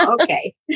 Okay